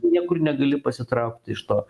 niekur negali pasitraukt iš to